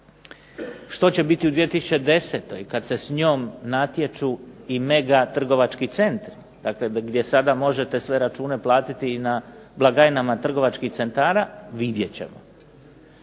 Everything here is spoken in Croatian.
Što će biti u 2010. kad se s njom natječu i mega trgovački centri, dakle gdje sada možete sve račune platiti i na blagajnama trgovačkih centara, vidjet ćemo.